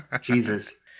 Jesus